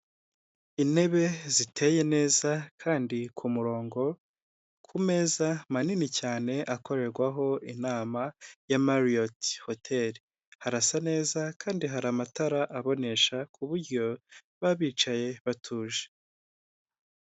Intebe ziteye neza kandi ku murongo ku meza manini cyane akorerwaho inama ya Mariyoti hoteri harasa neza kandi hari amatara abonesha ku buryo baba bicaye batuje.